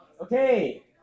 Okay